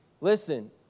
Listen